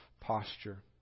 posture